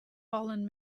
fallen